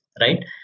right